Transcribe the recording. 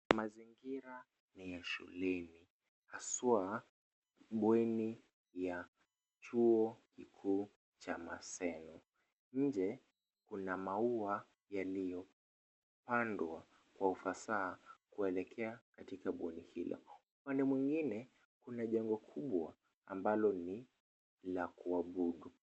Mazingira ni ya shuleni, haswa bweni ya chuo kikuu cha Maseno. Nje kuna maua yaliyopandwa kwa ufasaha kuelekea katika bweni hilo. Upande mwingine, kuna jengo kubwa ambalo ni la kuabudu.